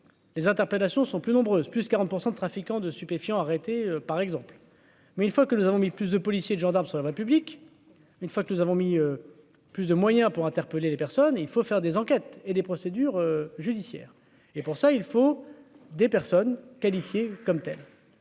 Les interpellations sont plus nombreuses plus 40 % de trafiquants de stupéfiants arrêté par exemple, mais une fois que nous avons mis plus de policiers, de gendarmes sur la voie publique, une fois que nous avons mis plus de moyens pour interpeller les personnes et il faut faire des enquêtes et des procédures judiciaires et pour ça il faut des personnes qualifiées comme telle.